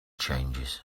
changes